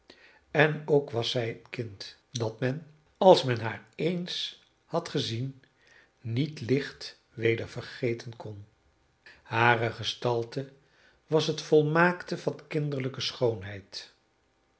en ook was zij een kind dat men als men haar eens had gezien niet licht weder vergeten kon hare gestalte was het volmaakte van kinderlijke schoonheid